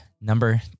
number